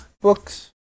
books